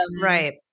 Right